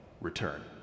return